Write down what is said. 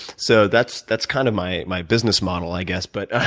so that's that's kind of my my business model, i guess. but